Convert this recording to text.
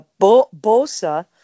bosa